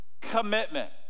commitment